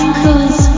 cause